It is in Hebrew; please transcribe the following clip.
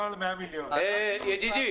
ה-100 מיליון שקלים,